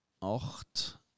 acht